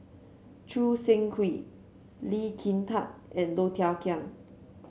Choo Seng Quee Lee Kin Tat and Low Thia Khiang